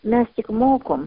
mes tik mokom